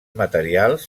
materials